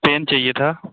pen चाहिए था